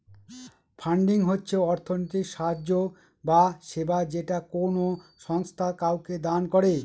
funding হচ্ছে অর্থনৈতিক সাহায্য বা সেবা যেটা কোনো সংস্থা কাউকে দান করে